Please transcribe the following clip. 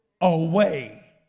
away